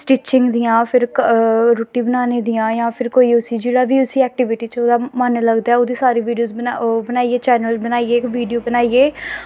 stitching दियां फिर रुट्टी बनाने दियां जां फिर कोई उसी जेह्ड़ा बी उसी ऐक्टिविटी च ओह्दा मन लगदा ऐ ओह्दी सारी वीडियो ओह् बनाइयै चैनल बनाइयै इक वीडियो बनाइयै